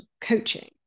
coaching